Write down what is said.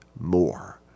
more